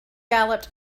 galloped